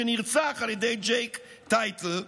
שנרצח על ידי ג'ייק טייטל,